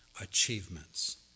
achievements